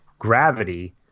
gravity